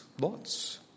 lots